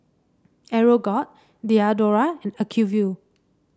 Aeroguard Diadora and Acuvue